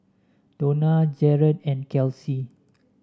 Dona Jaret and Kelsi